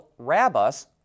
Rabus